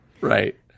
right